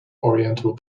oriental